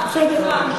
נכון, בסדר.